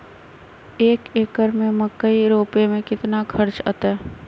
एक एकर में मकई रोपे में कितना खर्च अतै?